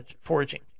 foraging